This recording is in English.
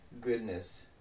goodness